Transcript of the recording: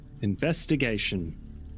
investigation